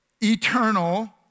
eternal